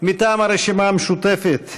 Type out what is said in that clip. מטעם הרשימה המשותפת.